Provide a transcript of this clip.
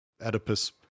Oedipus